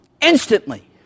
Instantly